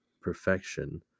perfection